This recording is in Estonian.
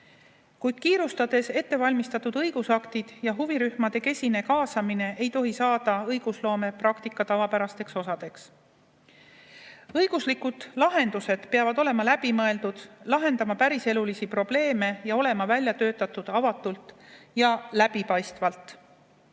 Kuid kiirustades ettevalmistatud õigusaktid ja huvirühmade kesine kaasamine ei tohi saada õigusloomepraktika tavapärasteks osadeks. Õiguslikud lahendused peavad olema läbi mõeldud, lahendama päriselu probleeme ning olema välja töötatud avatult ja